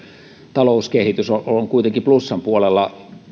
talouskehitys on kuitenkin plussan puolella